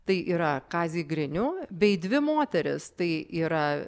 tai yra kazį grinių bei dvi moteris tai yra